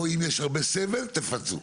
או שאם יש הרבה סבל תפצו.